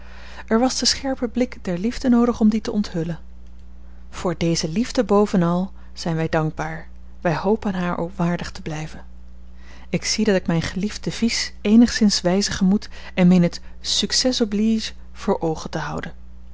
er was de scherpe blik der liefde noodig om die te onthullen voor deze liefde bovenal zijn wij dankbaar wij hopen haar ook waardig te blijven ik zie dat ik mijn geliefd devies eenigszins wijzigen moet en meen het succès oblige voor oogen te houden